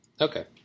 okay